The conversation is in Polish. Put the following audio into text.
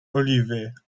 oliwy